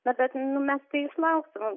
na bet nu mes tai išlauksim